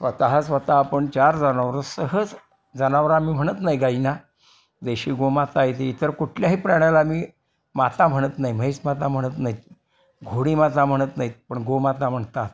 स्वतः स्वत आपण चार जनावरं सहज जनावरं आम्ही म्हणत नाही गाईना देशी गोमाता आहे ती इतर कुठल्याही प्राण्याला आम्ही माता म्हणत नाही म्हैस माता म्हणत नाही आहेत घोडी माता म्हणत नाही आहेत पण गोमाता म्हणतात